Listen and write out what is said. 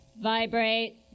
Vibrate